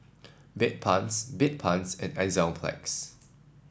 Bedpans Bedpans and Enzyplex